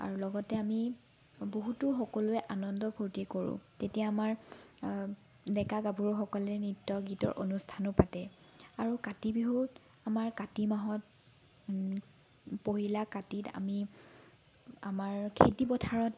আৰু লগতে আমি বহুতো সকলোৱে আনন্দ ফূৰ্ত্তি কৰোঁ তেতিয়া আমাৰ ডেকা গাভৰু সকলে নৃত্য গীতৰ অনুষ্ঠানো পাতে আৰু কাতি বিহুত আমাৰ কাতি মাহত পহিলা কাতিত আমি আমাৰ খেতি পথাৰত